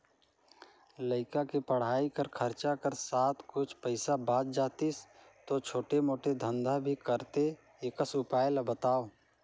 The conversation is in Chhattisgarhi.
लइका के पढ़ाई कर खरचा कर साथ कुछ पईसा बाच जातिस तो छोटे मोटे धंधा भी करते एकस उपाय ला बताव?